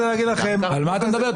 על מה אתה מדבר?